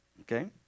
Okay